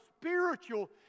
spiritual